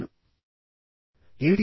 తప్పుడు సమాచార ప్రసారం అంటే ఏమిటి